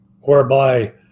whereby